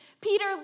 Peter